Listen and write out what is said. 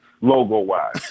logo-wise